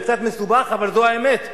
זה קצת מסובך, אבל זאת האמת.